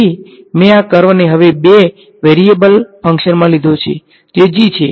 તેથી મેં આ કર્વને હવે બે ચલના ફંકશનમાં લિધો છે જે g છે